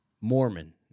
Mormon